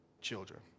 children